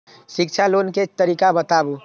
शिक्षा लोन के तरीका बताबू?